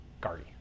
guardy